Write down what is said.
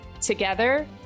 together